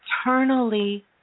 eternally